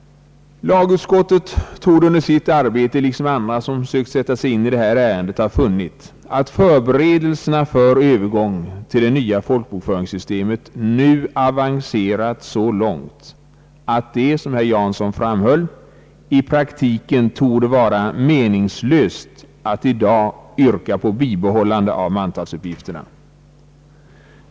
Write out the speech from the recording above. Lagutskottet torde under sitt arbete — liksom andra som sökt sätta sig in i detta ärende — ha funnit att förberedelserna för övergång till det nya folkbokföringssystemet nu avancerat så långt att det, så som herr Erik Jansson framhöll, i praktiken torde vara meningslöst att i dag yrka på ett bibehållande av mantalsuppgifterna.